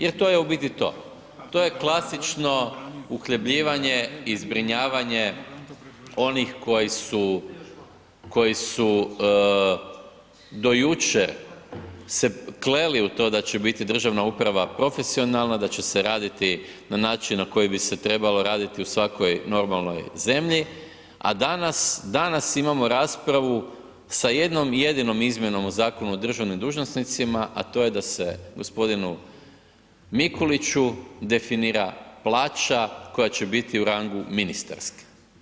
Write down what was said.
Jer to je u biti to, to je klasično uhljebljivanje i zbrinjavanje onih koji su, koji su do jučer se kleli u to da će biti državna uprava profesionalna, da će se raditi na način na koji bi se trebalo raditi u svakoj normalnoj zemlji, a danas, danas imamo raspravu sa jednom jedinom izmjenom u Zakonu o državnim dužnosnicima, a to je da se gospodinu Mikuliću definira plaća koja će biti u rangu ministarske.